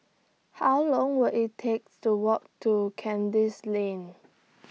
How Long Will IT takes to Walk to Kandis Lane